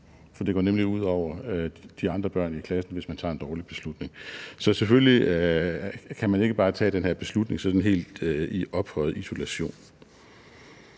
for det går nemlig ud over de andre børn i klassen, hvis man tager en dårlig beslutning. Så man kan selvfølgelig ikke bare tage den her beslutning sådan i helt ophøjet isolation.